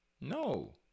no